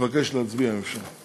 אני מבקש להצביע, אם אפשר.